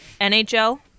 NHL